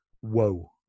Whoa